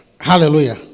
Hallelujah